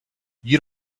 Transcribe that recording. you